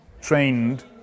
trained